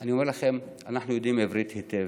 אני אומר לכם, אנחנו יודעים עברית היטב.